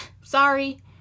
Sorry